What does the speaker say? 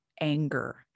anger